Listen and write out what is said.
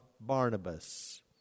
Barnabas